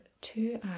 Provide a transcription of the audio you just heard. two